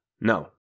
no